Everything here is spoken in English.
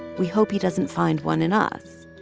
we hope he doesn't find one in us.